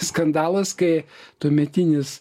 skandalas kai tuometinis